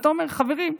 ואתה אומר: חברים,